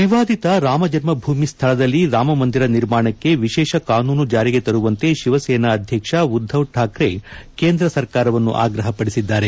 ವಿವಾದಿತ ರಾಮಜನ್ನಭೂಮಿ ಸ್ವಳದಲ್ಲಿ ರಾಮ ಮಂದಿರ ನಿರ್ಮಾಣಕ್ಕೆ ವಿಶೇಷ ಕಾನೂನು ಜಾರಿಗೆ ತರುವಂತೆ ಶಿವಸೇನಾ ಅಧ್ಲಕ್ಷ ಉದ್ದವ್ ಠಾಕ್ರೆ ಕೇಂದ್ರ ಸರ್ಕಾರವನ್ನು ಆಗ್ರಹಪಡಿಸಿದ್ದಾರೆ